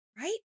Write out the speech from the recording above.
Right